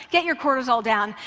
get your cortisol down.